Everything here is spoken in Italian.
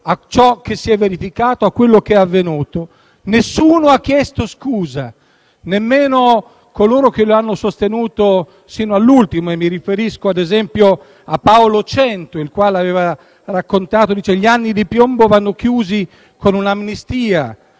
a ciò che si è verificato e a quello che è avvenuto. Nessuno ha chiesto scusa, nemmeno coloro che lo hanno sostenuto sino all'ultimo. Mi riferisco ad esempio a Paolo Cento, il quale aveva detto che gli anni di piombo vanno chiusi con un'amnistia,